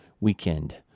Weekend